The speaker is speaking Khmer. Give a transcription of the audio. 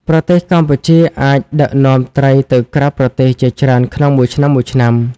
ប្រទេសកម្ពុជាអាចដឹកនាំត្រីទៅក្រៅប្រទេសជាច្រើនក្នុងមួយឆ្នាំៗ។